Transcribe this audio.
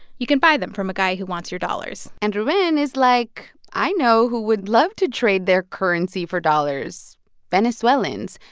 you can buy them from a guy who wants your dollars and ruben is like, i know who would love to trade their currency for dollars venezuelans.